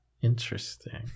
Interesting